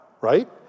right